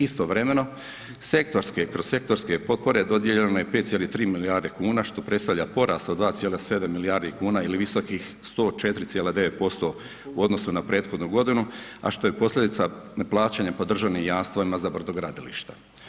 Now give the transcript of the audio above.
Istovremeno sektorske, kroz sektorske je potpore dodijeljeno je 5,3 milijarde kuna što predstavlja porast od 2,7 milijardi kuna ili visokih 104,9% u odnosu na prethodnu godinu a što je posljedica plaćanja po državnim jamstvima za brodogradilišta.